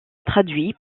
traduit